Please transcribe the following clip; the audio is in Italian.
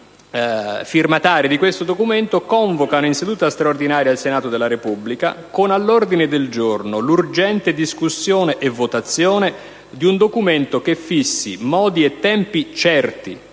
i firmatari convocano in seduta straordinaria il Senato della Repubblica con all'ordine del giorno l'urgente discussione e votazione di un documento che fissi modi e tempi certi